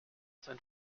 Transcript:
sein